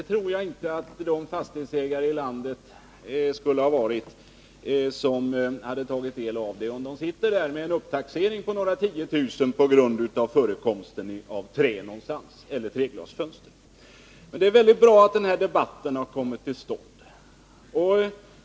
Jag tror inte heller att de fastighetsägare som nu har fått en upptaxering med några tiotusental kronor på grund av förekomsten av trä eller treglasfönster skulle ha varit det, om de hade fått ta del av betänkandet. Det är dock bra att denna debatt har kommit till stånd.